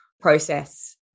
process